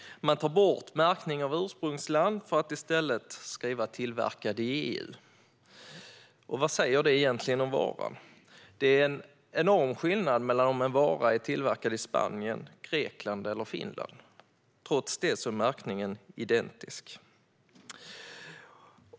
Man tar bort märkning av ursprungsland för att i stället skriva "Tillverkad i EU". Vad säger det egentligen om varan? Det är en enorm skillnad om en vara är tillverkad i Spanien, Grekland eller Finland. Trots detta är märkningen identisk.